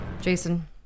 Jason